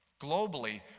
globally